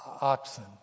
oxen